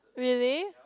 really